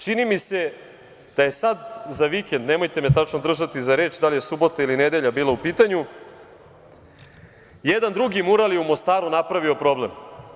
Čini mi se da je sada za vikend, nemojte me tačno držati za reč da li je subota ili nedelja bila u pitanju, jedan drugi mural u Mostaru napravio problem.